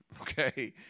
okay